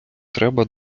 треба